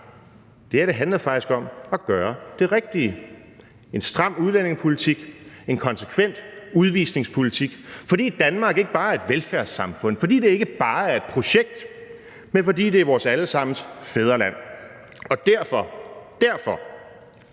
magten, det her handler faktisk om at gøre det rigtige: en stram udlændingepolitik, en konsekvent udvisningspolitik, fordi Danmark ikke bare er et velfærdssamfund, fordi det ikke bare er et projekt, men fordi det er vores alle sammens fædreland. Og derfor – derfor